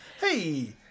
hey